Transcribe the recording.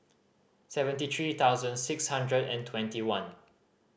seventy three thousand six hundred and twenty one